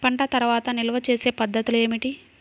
పంట తర్వాత నిల్వ చేసే పద్ధతులు ఏమిటి?